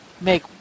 make